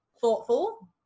Thoughtful